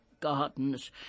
gardens